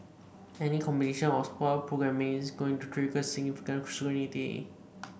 any combination of sport programming is going to trigger significant scrutiny